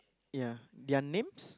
ya their names